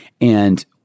And-